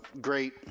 Great